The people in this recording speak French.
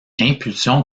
impulsion